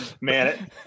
Man